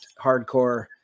hardcore